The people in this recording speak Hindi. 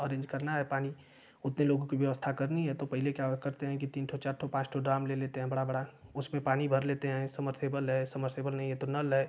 अरेन्ज करना है पानी उतने लोगो कि व्यवस्था करनी है तो पहले क्या करते हैं कि तीन ठो चार ठो पाँच ठो ड्राम ले लेते हैं बड़ा बड़ा उस पर पानी भर लेते हैं समरथेबल है समरथेबल नहीं है तो नल है